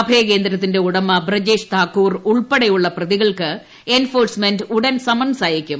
അഭയകേന്ദ്രത്തിന്റെ ഉടമ ബ്രജേഷ് താക്കൂർ ഉൾപ്പെടെയുള്ള പ്രതികൾക്ക് എൻഫോഴ്സ്മെന്റ് ഉടൻ സമയൻസ് അയക്കും